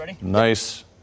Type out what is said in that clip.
Nice